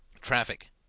traffic